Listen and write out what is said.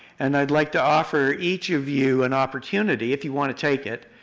and i'd like to offer each of you an opportunity, if you want to take it,